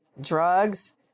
drugs